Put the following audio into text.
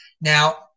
Now